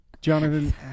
Jonathan